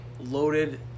Loaded